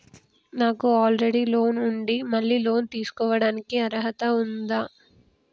నాకు already loan ఉండి మళ్ళీ లోన్ తీసుకోవడానికి అర్హత ఉందా?